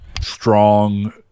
strong